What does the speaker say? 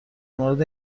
مورد